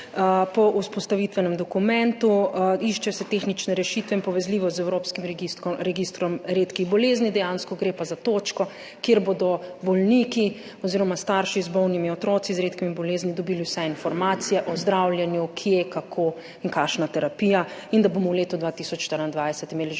po vzpostavitvenem dokumentu, iščejo se tehnične rešitve in povezljivost z evropskim registrom redkih bolezni, dejansko gre pa za točko, kjer bodo bolniki oziroma starši z bolnimi otroki z redkimi boleznimi dobili vse informacije o zdravljenju, kje, kako in kakšna terapija. In da bomo v letu 2024 imeli že veliko